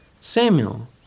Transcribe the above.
Samuel